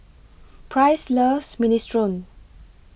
Price loves Minestrone